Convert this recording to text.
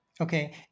Okay